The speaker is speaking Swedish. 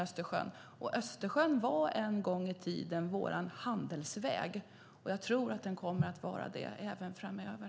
Östersjön var en gång i tiden vår handelsväg. Jag tror att den kommer att vara det även framöver.